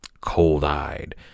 cold-eyed